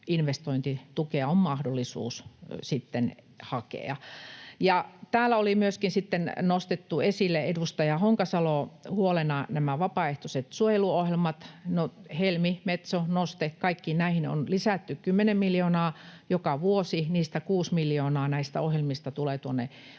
investointitukea on mahdollisuus sitten hakea. Täällä oli myöskin nostettu esille — edustaja Honkasalo — huolena nämä vapaaehtoiset suojeluohjelmat. Helmi, Metso, Nousu, kaikkiin näihin on lisätty kymmenen miljoonaa joka vuosi. Kuusi miljoonaa näistä ohjelmista tulee tuonne